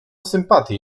sympatię